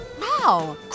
wow